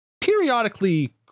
periodically